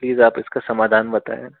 please आप इसका समाधान बताएं